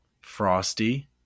Frosty